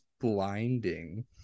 blinding